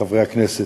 חברי הכנסת,